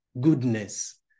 goodness